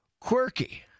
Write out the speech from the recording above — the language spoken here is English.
quirky